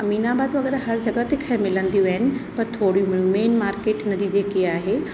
अमीनाबाद वग़ैरह हर जॻहि ते ख़ैरु मिलंदियूं आहिनि पर थोरियूं मेन मार्केट उन जी जेकी आहे